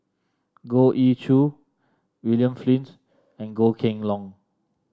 Goh Ee Choo William Flint and Goh Kheng Long